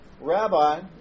Rabbi